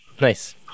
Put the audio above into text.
nice